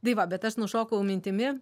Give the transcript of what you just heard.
tai va bet aš nušokau mintimi